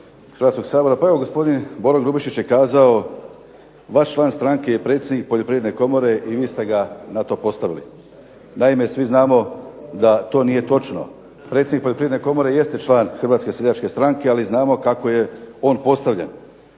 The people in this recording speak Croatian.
Hrvatskog sabora. Pa evo gospodin Boro Grubišić je kazao vaš član stranke je predsjednik Poljoprivredne komore i vi ste ga na to postavili. Naime, svi znamo da to nije točno. Predsjednik Poljoprivredne komore jeste član HSS-a, ali znamo kako je on postavljen.